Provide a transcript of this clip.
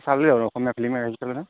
চাবি আৰু অসমীয়া ফিল্ম আহিছে নে নাই